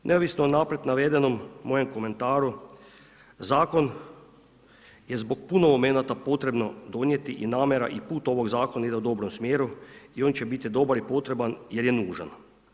Neovisno o naprijed navedenom mojem komentaru, zakon je zbog puno momenata potrebno donijeti i namjera i put ovog zakona ide u dobrom smjeru i on će biti dobar i potreban jer je nužan.